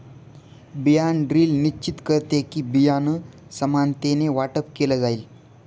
बियाण ड्रिल निश्चित करते कि, बियाणं समानतेने वाटप केलं जाईल